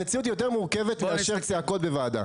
המציאות היא יותר מורכבת מאשר צעקות בוועדה.